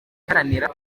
iharanira